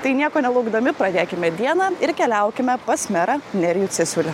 tai nieko nelaukdami pradėkime dieną ir keliaukime pas merą nerijų cesiulį